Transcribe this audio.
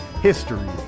history